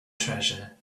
treasure